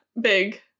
Big